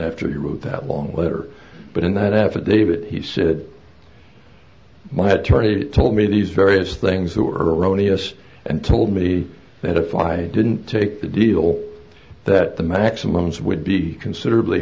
after he wrote that long letter but in that affidavit he said my attorney told me these various things were erroneous and told me that if i didn't take the deal that the maximums would be considerably